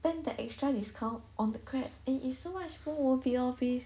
then the extra discount on the crab and is so much more worth it lor please